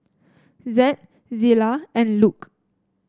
Zed Zillah and Luke